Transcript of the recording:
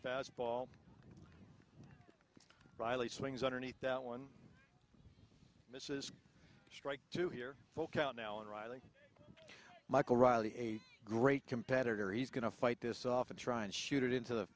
has ball reilly swings underneath that one misses strike two here folk out now and riley michael riley a great competitor he's going to fight this off and try and shoot it into the